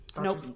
nope